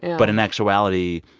but in actuality,